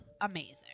amazing